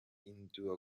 into